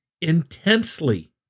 intensely